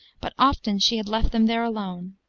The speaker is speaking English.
but often she had left them there alone,